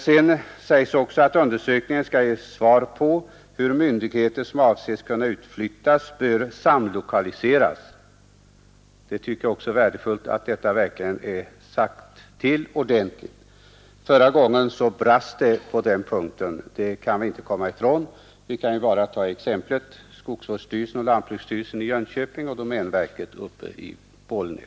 Det sägs vidare att undersökningen skall ge svar på hur myndigheter, som avses kunna bli utflyttade, bör samlokaliseras. Jag tycker att det är värdefullt att detta verkligen ordentligt undersökes. Förra gången brast det på denna punkt — det kan vi inte komma ifrån. Se bara på exemplet med förläggningen av skogsvårdsstyrelsen och lantbruksstyrelsen i Jönköping och av domänverket uppe i Bollnäs!